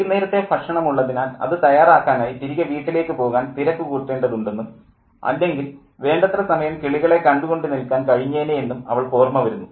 വൈകുന്നേരത്തെ ഭക്ഷണം ഉള്ളതിനാൽ അതു തയ്യാറാക്കാനായി തിരികെ വീട്ടിലേക്ക് പോകാൻ തിരക്കുകൂട്ടേണ്ടതുണ്ടെന്നും അല്ലെങ്കിൽ വേണ്ടത്ര സമയം കിളികളെ കണ്ടു കൊണ്ടു നിൽക്കാൻ കഴിഞ്ഞേനേ എന്നും അവൾക്ക് ഓർമ്മ വരുന്നു